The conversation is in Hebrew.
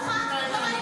זה לא מורשע, גברת.